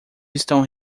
estão